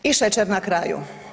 I šećer na kraju.